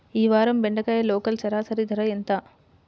ఈ వారం బెండకాయ లోకల్ సరాసరి ధర ఎంత?